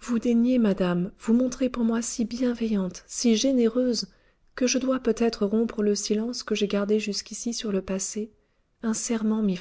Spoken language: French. vous daignez madame vous montrer pour moi si bienveillante si généreuse que je dois peut-être rompre le silence que j'ai gardé jusqu'ici sur le passé un serment m'y